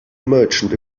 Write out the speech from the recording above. merchant